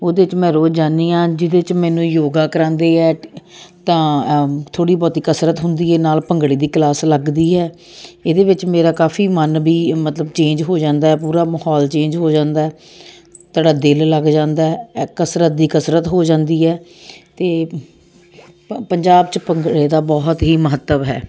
ਉਹਦੇ 'ਚ ਮੈਂ ਰੋਜ਼ ਜਾਂਦੀ ਹਾਂ ਜਿਹਦੇ 'ਚ ਮੈਨੂੰ ਯੋਗਾ ਕਰਵਾਉਂਦੇ ਹੈ ਤਾਂ ਥੋੜ੍ਹੀ ਬਹੁਤੀ ਕਸਰਤ ਹੁੰਦੀ ਹੈ ਨਾਲ ਭੰਗੜੇ ਦੀ ਕਲਾਸ ਲੱਗਦੀ ਹੈ ਇਹਦੇ ਵਿੱਚ ਮੇਰਾ ਕਾਫੀ ਮਨ ਵੀ ਮਤਲਬ ਚੇਂਜ ਹੋ ਜਾਂਦਾ ਹੈ ਪੂਰਾ ਮਾਹੌਲ ਚੇਂਜ ਹੋ ਜਾਂਦਾ ਹੈ ਤੁਹਾਡਾ ਦਿਲ ਲੱਗ ਜਾਂਦਾ ਹੈ ਇਹ ਕਸਰਤ ਦੀ ਕਸਰਤ ਹੋ ਜਾਂਦੀ ਹੈ ਅਤੇ ਪੰਜਾਬ 'ਚ ਭੰਗੜੇ ਦਾ ਬਹੁਤ ਹੀ ਮਹੱਤਵ ਹੈ